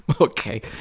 Okay